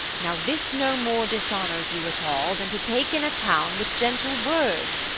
now, this no more dishonours you at all than to take in a town with gentle words,